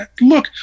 Look